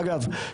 אגב,